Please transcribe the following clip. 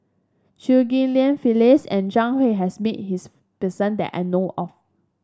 Chew Ghim Lian Phyllis and Zhang Hui has met this person that I know of